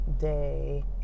day